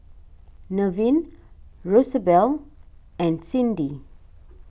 Nevin Rosabelle and Cindi